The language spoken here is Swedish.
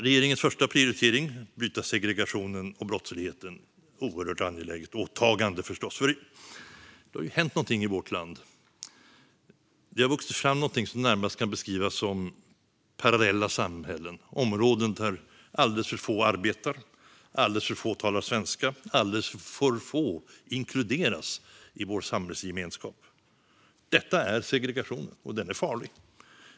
Regeringens första prioritering, att bryta segregationen och brottsligheten, är förstås ett oerhört angeläget åtagande. Det har hänt någonting i vårt land. Det har vuxit fram någonting som närmast kan beskrivas som parallella samhällen. Det är områden där alldeles för få arbetar, alldeles för få talar svenska och alldeles för få inkluderas i vår samhällsgemenskap. Detta är segregation, och den är farlig.